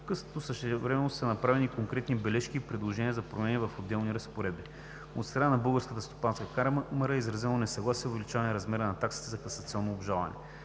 като същевременно са направени и конкретни бележки и предложения за промени в отделни разпоредби. От страна на Българската стопанска камара е изразено несъгласие с увеличаването на размера на таксите за касационно обжалване.